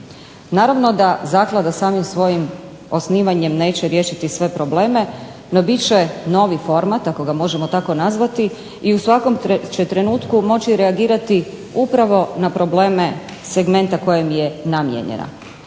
Naravno da zaklada samim svojim osnivanjem neće riješiti sve probleme, no bit će novi format ako ga možemo tako nazvati i u svakom će trenutku moći reagirati upravo na probleme segmenta kojem je namijenjena.